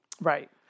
Right